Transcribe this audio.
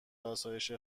آسایش